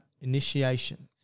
initiation